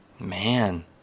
Man